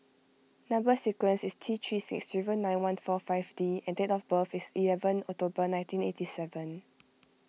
Number Sequence is T three six zero nine one four five D and date of birth is eleven October nineteen eighty seven